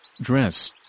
dress